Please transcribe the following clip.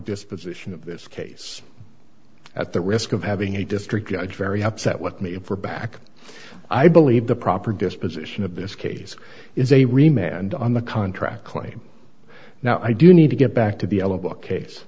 disposition of this case at the risk of having a district judge very upset with me for back i believe the proper disposition of this case is a rematch and on the contract claim now i do need to get back to